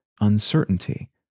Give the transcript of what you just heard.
uncertainty